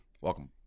Welcome